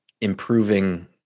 improving